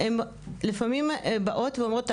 הן לפעמים באות ואומרות,